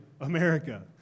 America